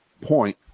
point